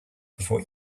before